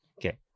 Okay